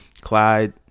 Clyde